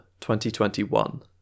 2021